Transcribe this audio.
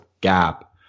gap